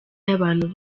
y’abantu